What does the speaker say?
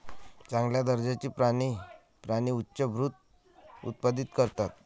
चांगल्या दर्जाचे प्राणी प्राणी उच्चभ्रू उत्पादित करतात